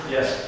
Yes